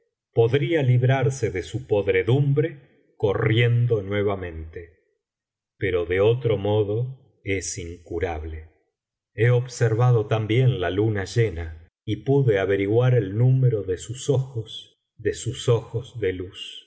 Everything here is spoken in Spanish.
podría librarse de su podredumbre corriendo nuevamente pero de otro modo es incurable he observado también la luna llena y pude averiguar el número de sus ojos de sus ojos de luz